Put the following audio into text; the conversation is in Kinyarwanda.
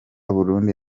burundi